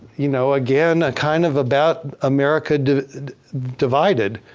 you know, again kind of about america, the divided.